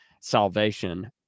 salvation